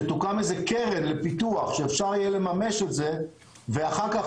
שתוקם איזה קרן לפיתוח שאפשר יהיה לממש את זה ואחר כך